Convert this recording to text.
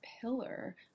pillar